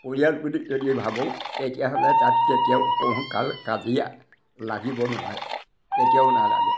পৰিয়াল বুলি যদি ভাবোঁ তেতিয়াহ'লে তাত কেতিয়াও কোনো কাল কাজিয়া লাগিব নোৱাৰে কেতিয়াও নালাগে